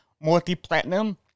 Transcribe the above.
multi-platinum